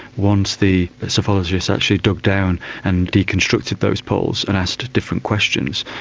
once the psephologists actually dug down and deconstructed those polls and asked different questions,